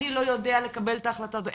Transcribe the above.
אני לא יודע לקבל את ההחלטה הזו,